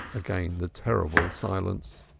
again the terrible silence.